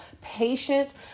patience